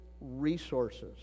resources